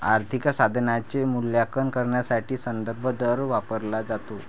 आर्थिक साधनाचे मूल्यांकन करण्यासाठी संदर्भ दर वापरला जातो